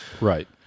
Right